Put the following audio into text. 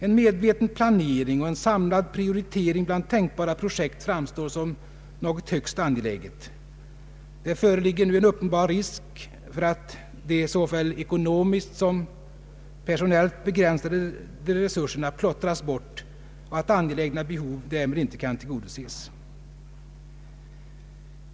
En medveten planering och en samlad prioritering bland tänkbara projekt framstår som något högst angeläget. Det föreligger en uppenbar risk för att de såväl ekonomiskt som personellt begränsade resurserna plottras bort och att angelägna behov därmed inte kan tillgodoses.